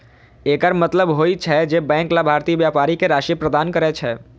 एकर मतलब होइ छै, जे बैंक लाभार्थी व्यापारी कें राशि प्रदान करै छै